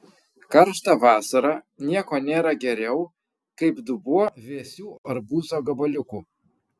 karštą vasarą nieko nėra geriau kaip dubuo vėsių arbūzo gabaliukų